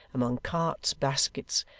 among carts, baskets,